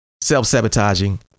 self-sabotaging